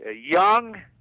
young